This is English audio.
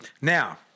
Now